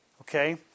Okay